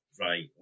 right